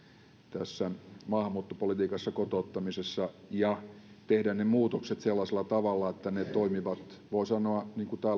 tässä maahanmuuttopolitiikassa kotouttamisessa ja meidän pitää tehdä ne muutokset sellaisella tavalla että ne toimivat niin kuin täällä olemme voineet kuulla voi sanoa